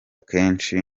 kenshi